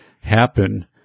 happen